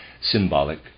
symbolic